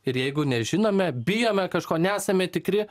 ir jeigu nežinome bijome kažko nesame tikri